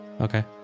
Okay